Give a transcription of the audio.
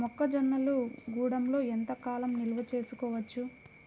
మొక్క జొన్నలు గూడంలో ఎంత కాలం నిల్వ చేసుకోవచ్చు?